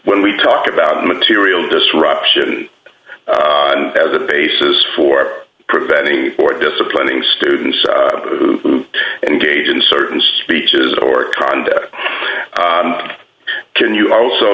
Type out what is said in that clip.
when we talk about material disruption as a basis for preventing for disciplining students who engage in certain speeches or conduct can you also